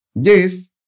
Yes